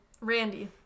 Randy